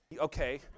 Okay